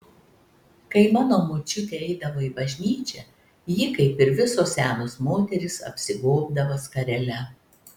kai mano močiutė eidavo į bažnyčią ji kaip ir visos senos moterys apsigobdavo skarele